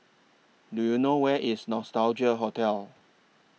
Do YOU know Where IS Nostalgia Hotel